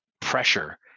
pressure